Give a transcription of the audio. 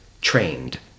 trained